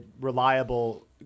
reliable